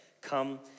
come